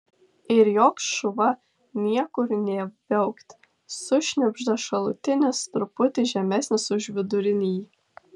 ir joks šuva niekur nė viaukt sušnibžda šalutinis truputį žemesnis už vidurinįjį